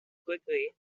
quickly